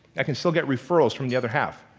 i can still get referrals from the other half.